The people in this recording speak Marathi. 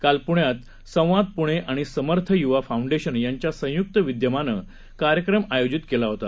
कालपुण्यातसंवादपुणेआणिसमर्थयुवाफाउंडेशनयांच्यासंयुक्तविद्यमानेकार्यक्रमआयोजितकेलाहोता